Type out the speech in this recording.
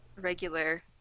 regular